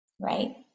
right